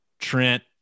Trent